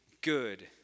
good